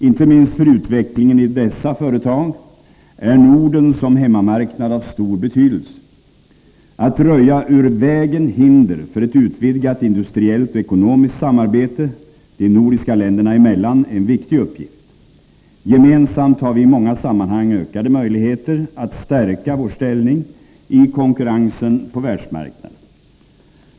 Inte minst för utvecklingen i dessa företag är Norden som hemmamarknad av stor betydelse. Att röja ur vägen hinder för ett utvidgat industriellt och ekonomiskt samarbete de nordiska länderna emellan är en viktig uppgift. Gemensamt har vi i många sammanhang ökade möjligheter att stärka vår ställning i konkurrensen på världsmarknaden.